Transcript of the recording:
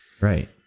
Right